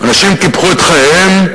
אנשים קיפחו את חייהם,